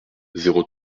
zéro